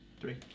Three